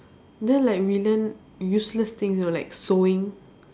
then like we learn useless things you know like sewing